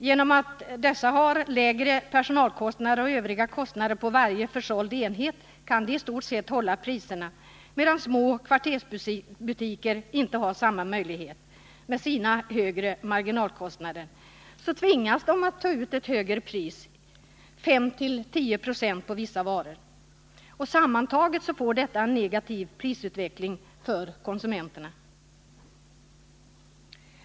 Genom att de har lägre personalkostnader och övriga kostnader på varje försåld enhet kan de i stort hålla priserna, medan de små kvartersbutikerna inte har samma möjlighet. Med sina högre marginalkostnader tvingas de ta ut ett högre pris —5—10 26 på vissa varor. Sammantaget innebär detta en negativ prisutveckling för konsumenterna.